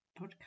podcast